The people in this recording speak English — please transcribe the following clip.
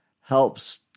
helps